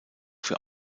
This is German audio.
für